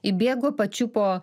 įbėgo pačiupo